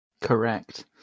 Correct